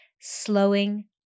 slowing